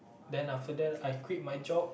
then after that I quit my job